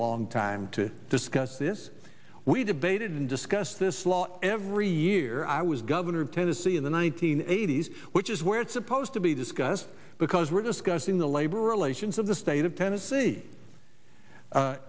long time to discuss this we debated and discussed this law every year i was governor of tennessee in the one nine hundred eighty s which is where it's supposed to be discussed because we're discussing the labor relations of the state of tennessee